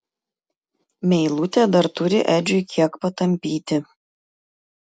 meilutė dar turi edžiui kiek patampyti